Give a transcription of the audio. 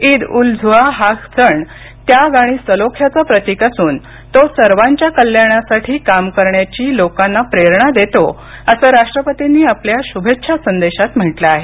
ईद अल् झुआ हा सण त्याग आणि सलोख्याचं प्रतीक असून तो सर्वाच्या कल्याणासाठी काम करण्याची लोकांना प्रेरणा देतो असं राष्ट्रपतींनी आपल्या शुभेच्छा संदेशात म्हटलं आहे